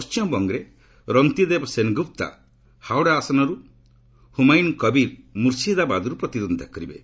ପଶ୍ଚିମବଙ୍ଗରେ ରନ୍ତିଦେବ ସେନଗୁପ୍ତା ହାଓଡ଼ା ଆସନରୁ ହୁମାୟୁନ୍ କବିର୍ ମୁର୍ସିଦାବାଦରୁ ପ୍ରତିଦ୍ୱନ୍ଦ୍ୱୀତା କରିବେ